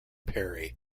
perry